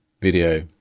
video